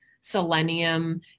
selenium